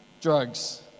drugs